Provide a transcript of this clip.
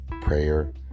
prayer